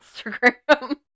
Instagram